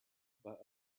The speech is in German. bei